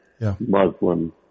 Muslim